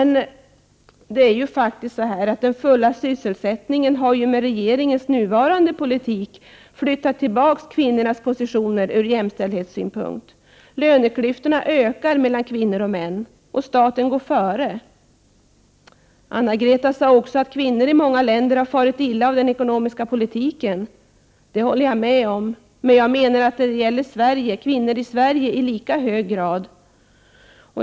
Den fulla sysselsättningen har ju med regeringens nuvarande politik flyttat tillbaka kvinnornas positioner från jämställdhetssynpunkt: löneklyftorna mellan kvinnor och män ökar; staten går före. Anna-Greta Leijon sade också att kvinnor i många länder har farit illa av den ekonomiska politik som förts där. Det håller jag med om, men jag menar att det påståendet i lika hög grad gäller kvinnorna i Sverige.